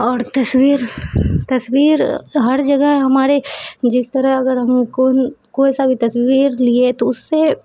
اور تصویر تصویر ہر جگہ ہمارے جس طرح اگر ہم کون کوئی سا بھی تصویر لیے تو اس سے